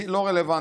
היא לא רלוונטית.